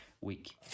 week